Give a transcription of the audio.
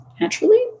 naturally